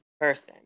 person